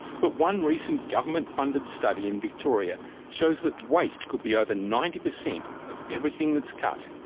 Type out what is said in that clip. but one recent government-funded study in victoria shows that waste could be over ninety percent of everything that's cut,